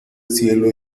cielo